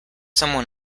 someone